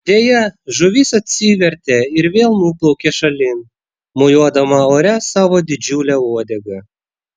deja žuvis atsivertė ir vėl nuplaukė šalin mojuodama ore savo didžiule uodega